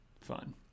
fun